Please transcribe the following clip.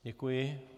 Děkuji.